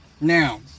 Now